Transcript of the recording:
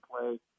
play